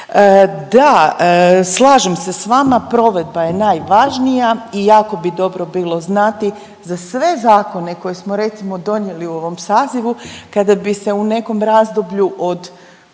Da, slažem se s vama provedba je najvažnija i jako bi dobro bilo znati za sve zakone koje smo recimo donijeli u ovom sazivu kada bi se u nekom razdoblju od